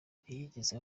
ntiyigeze